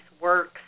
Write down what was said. works